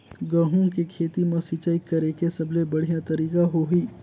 गंहू के खेती मां सिंचाई करेके सबले बढ़िया तरीका होही?